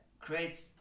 creates